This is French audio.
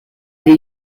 des